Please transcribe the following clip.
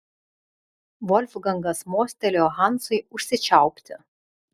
volfgangas mostelėjo hansui užsičiaupti